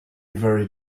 very